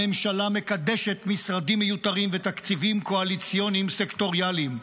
הממשלה מקדשת משרדים מיותרים ותקציבים קואליציוניים סקטוריאליים.